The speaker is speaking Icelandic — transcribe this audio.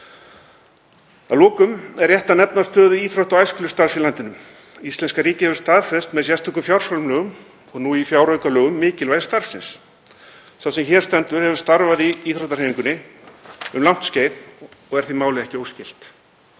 Að lokum er rétt að nefna stöðu íþrótta- og æskulýðsstarfs í landinu. Íslenska ríkið hefur staðfest með sérstökum fjárframlögum, og nú í fjáraukalögum, mikilvægi starfsins. Sá sem hér stendur hefur starfað í íþróttahreyfingunni um langt skeið og er því málið ekki óskylt.